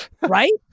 Right